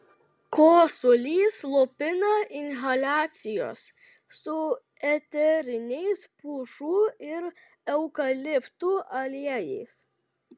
kosulį slopina inhaliacijos su eteriniais pušų ir eukaliptų aliejais